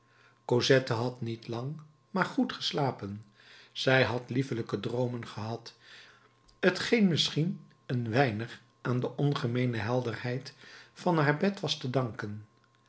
cosette had niet lang maar goed geslapen zij had liefelijke droomen gehad t geen misschien een weinig aan de ongemeene helderheid van haar bed was te danken